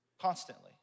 constantly